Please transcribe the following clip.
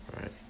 right